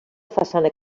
façana